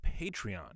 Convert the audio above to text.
Patreon